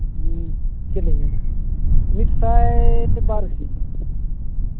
ᱪᱮᱫᱞᱤᱧ ᱢᱮᱱᱟ ᱢᱤᱫ ᱥᱟᱭ ᱵᱟᱨ ᱤᱥᱤ